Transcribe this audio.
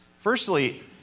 Firstly